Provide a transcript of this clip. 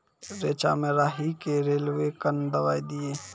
रेचा मे राही के रेलवे कन दवाई दीय?